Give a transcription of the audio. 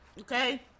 okay